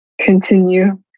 continue